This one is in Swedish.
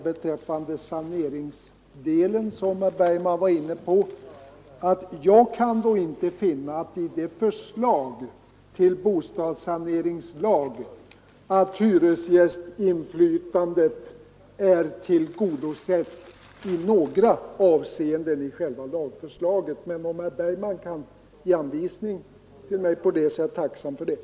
Beträffande saneringsdelen, som herr Bergman var inne på, vill jag säga att jag i förslaget till bostadssaneringslag inte kan finna att hyresgästinflytandet är tillgodosett i några avseenden i själva lagförslaget — men om herr Bergman kan ge mig anvisning på det, är jag tacksam för detta.